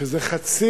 שזה חצי